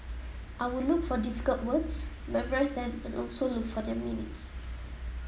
I will look for difficult words memorise them and also look for their meanings